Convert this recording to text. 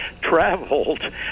traveled